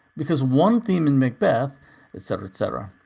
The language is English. because one theme in macbeth etc, etc.